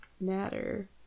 matter